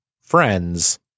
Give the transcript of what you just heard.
friends